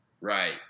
Right